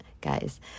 guys